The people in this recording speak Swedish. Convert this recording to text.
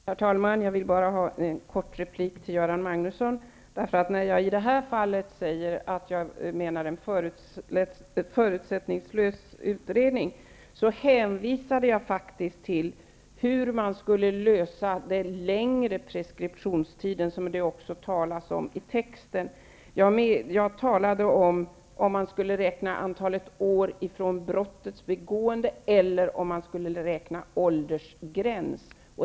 Herr talman! Jag vill bara ha en kort replik till Göran Magnusson. När jag sade att jag vill ha en förutsättningslös utredning, hänvisade jag faktiskt till hur man kan lösa frågan om den längre preskriptionstid som det också talas om i texten. Jag talade om ifall man skulle räkna antalet år från brottets begående eller ifall man skulle räkna tiden från en viss åldersgräns.